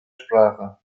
sprache